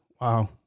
wow